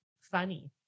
funny